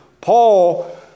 Paul